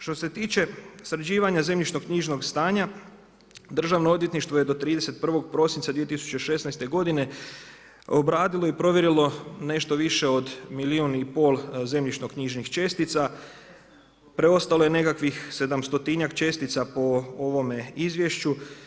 Što se tiče sređivanja zemljišnog knjižnog stanja, Državno odvjetništvo je do 31. prosinca 2016. g. obradilo i provjerilo nešto više od milijun i pol zemljišno knjižnih čestica, preostalo je nekakvih 700 čestica po ovome izvješću.